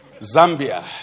Zambia